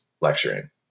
lecturing